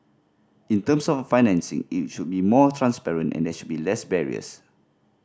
in terms of financing it should be more transparent and there should be less barriers